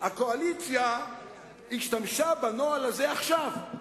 הקואליציה השתמשה בנוהל הזה עכשיו,